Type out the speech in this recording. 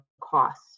cost